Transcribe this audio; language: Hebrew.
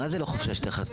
מה זה "לחופשה יש התייחסות"?